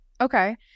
Okay